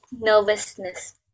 nervousness